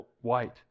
white